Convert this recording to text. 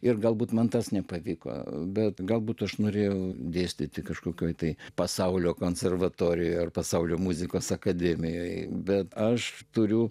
ir galbūt man tas nepatiko bet galbūt aš norėjau dėstyti kažkokioje tai pasaulio konservatorijoje pasaulio muzikos akademijoje bet aš turiu